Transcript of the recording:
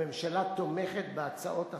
הממשלה תומכת בהצעות החוק,